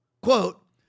quote